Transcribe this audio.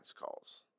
calls